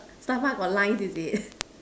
stomach got lines is it